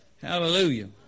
Hallelujah